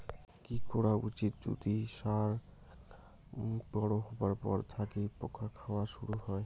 কি করা উচিৎ যদি শাক বড়ো হবার পর থাকি পোকা খাওয়া শুরু হয়?